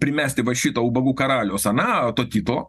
primesti vat šito ubagų karaliaus ane to titulo